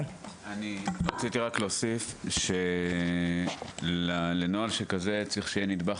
אני רק רציתי להוסיף שלנוהל כזה צריך להיות נדבך